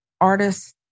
Artists